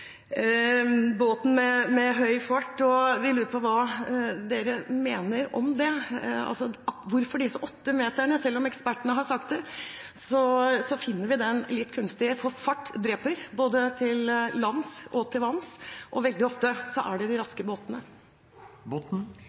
båten med høy fart, og vi lurer på hva som menes om det, hvorfor disse åtte meterne. Selv om ekspertene har sagt det, finner vi den grensen litt kunstig. For fart dreper, både til lands og til vanns, og veldig ofte er det de raske båtene